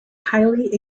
highly